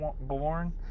born